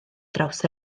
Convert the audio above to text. draws